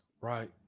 right